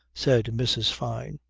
said mrs. fyne.